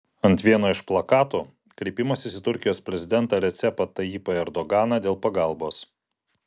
ant vieno iš plakatų kreipimasis į turkijos prezidentą recepą tayyipą erdoganą dėl pagalbos